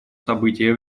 события